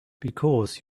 because